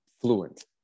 fluent